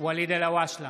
ואליד אלהואשלה,